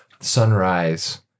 sunrise